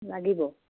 লাগিব